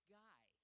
guy